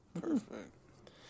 Perfect